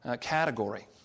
category